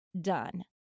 done